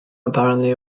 apparently